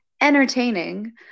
entertaining